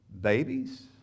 babies